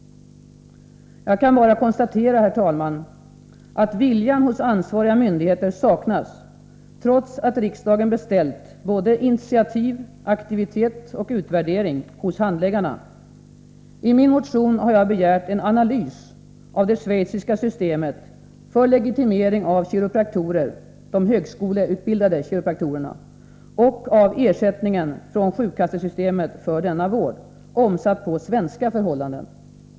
Jag kan bara konstatera, herr talman, att viljan hos ansvariga myndigheter saknas — trots att riksdagen begärt både initiativ, aktivitet och utvärdering av handläggarna. I min motion har jag begärt en analys av det schweiziska systemet för legitimering av högskoleutbildade kiropraktorer och av ersättningen från sjukkassesystemet för denna vård — omsatt på svenska förhållanden.